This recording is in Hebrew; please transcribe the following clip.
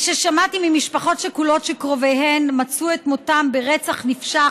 מששמעתי ממשפחות שכולות שקרוביהן מצאו את מותם ברצח נפשע,